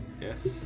Yes